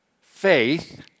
faith